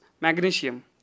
magnesium